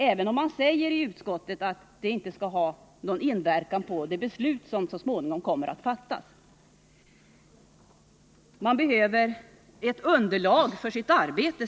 Utskottet säger dock att detta inte skall ha någon inverkan på det beslut som så småningom kommer att fattas. Man säger sig behöva ett underlag för sitt arbete.